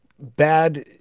bad